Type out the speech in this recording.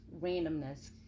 randomness